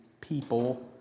people